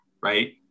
right